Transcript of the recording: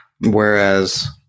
Whereas